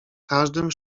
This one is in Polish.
każdym